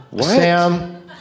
Sam